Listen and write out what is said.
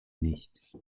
nicht